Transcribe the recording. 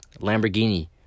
lamborghini